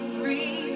free